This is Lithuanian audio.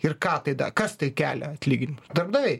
ir ką tai kas tai kelia atlyginimus darbdaviai